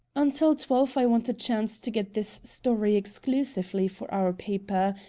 until twelve i want a chance to get this story exclusively for our paper.